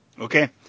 okay